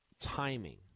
timing